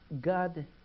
God